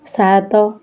ସାତ